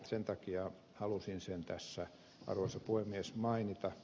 sen takia halusin sen tässä arvoisa puhemies mainita